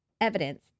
evidence